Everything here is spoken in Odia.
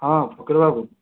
ହଁ ଫକୀର୍ ବାବୁ